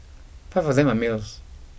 five of them are males